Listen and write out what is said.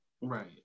right